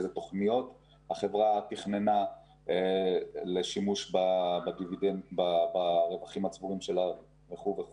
ואיזה תוכניות החברה תכננה לשימוש ברווחים הצבורים שלה וכולי.